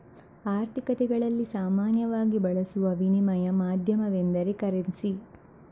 ಆರ್ಥಿಕತೆಗಳಲ್ಲಿ ಸಾಮಾನ್ಯವಾಗಿ ಬಳಸುವ ವಿನಿಮಯ ಮಾಧ್ಯಮವೆಂದರೆ ಕರೆನ್ಸಿ